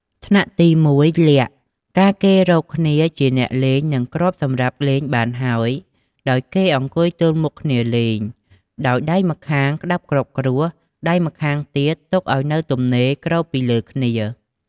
ថ្នាក់ទី ១ លាក់ កាលគេរកគ្នាជាអ្នកលេង និងគ្រាប់សម្រាប់លេងបានហើយ ដោយគេអង្គុយទល់មុខគ្នាលេង ដោយ ដៃម្ខាងក្តាប់គ្រាប់គ្រួស ដៃម្ខាងទៀតទុកឲ្យនៅទំនេរគ្របពីលើគ្នា។